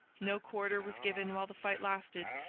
no quarter was given while the fight lasted,